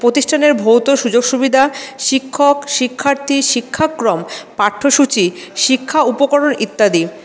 প্রতিষ্ঠানের ভৌত সুযোগ সুবিধা শিক্ষক শিক্ষার্থী শিক্ষাক্রম পাঠ্যসূচি শিক্ষা উপকরণ ইত্যাদি